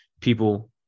people